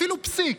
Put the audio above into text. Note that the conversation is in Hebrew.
אפילו פסיק,